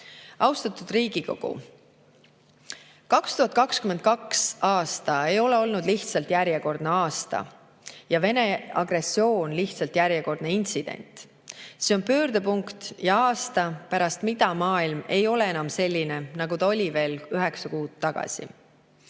Austatud Riigikogu! 2022. aasta ei ole olnud lihtsalt järjekordne aasta ja Vene agressioon lihtsalt järjekordne intsident. See on pöördepunkt ja aasta, pärast mida maailm ei ole enam selline, nagu ta oli veel üheksa kuud tagasi.